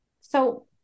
so-